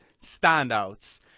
standouts